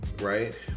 right